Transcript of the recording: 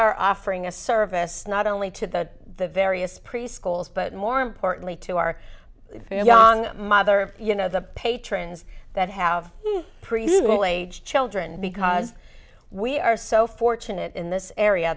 are offering a service not only to the various preschools but more importantly to our young mother you know the patrons that have presumably children because we are so fortunate in this area